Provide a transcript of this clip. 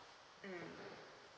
mm